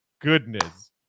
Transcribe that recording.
goodness